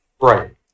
Right